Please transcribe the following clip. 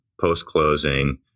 post-closing